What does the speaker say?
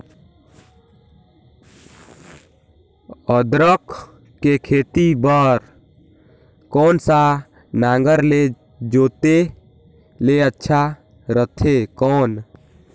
अदरक के खेती बार कोन सा नागर ले जोते ले अच्छा रथे कौन?